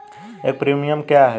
एक प्रीमियम क्या है?